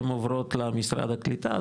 הן עוברות למשרד הקליטה,